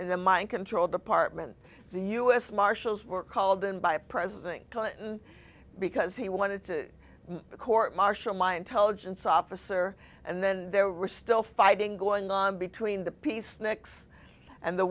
in the mind control department the u s marshals were called in by president clinton because he wanted to court martial my intelligence officer and then there were still fighting going on between the peaceniks and the